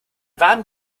warmen